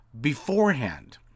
beforehand